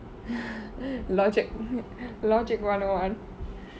logic logic one oh one